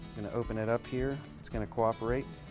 going to open it up here, it's going to cooperate.